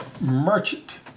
Merchant